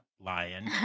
lion